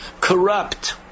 corrupt